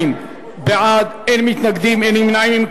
72 בעד, אין מתנגדים, אין נמנעים.